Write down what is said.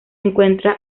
encuentra